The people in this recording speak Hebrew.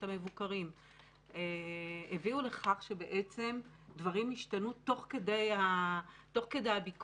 המבוקרים הביאו לכך שבעצם דברים השתנו תוך כדי הביקורת.